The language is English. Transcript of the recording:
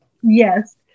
yes